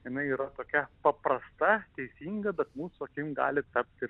jinai yra tokia paprasta teisinga bet mūsų akim gali tapti